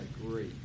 great